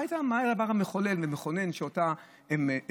מה היה הדבר המחולל והמכונן ששינה,